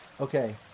Okay